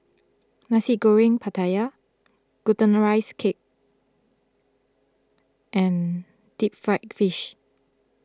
Nasi Goreng Pattaya Glutinous Rice Cake and Deep Fried Fish